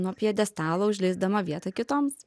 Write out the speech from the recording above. nuo pjedestalo užleisdama vietą kitoms